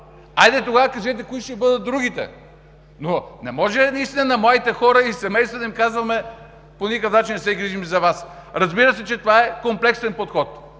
Хайде тогава кажете кои ще бъдат другите? Не може на младите хора и семейства да им казваме: по никакъв начин не се грижим за Вас. Разбира се, че това е комплексен подход,